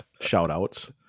shout-outs